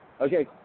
Okay